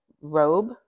robe